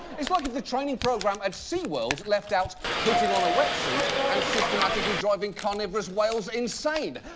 it's like if the training program at seaworld left out putting on a wetsuit and systematically driving carnivorous whales insane.